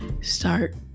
start